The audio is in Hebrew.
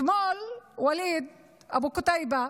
אתמול, ואליד אבו קתיבה,